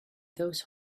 those